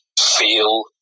feel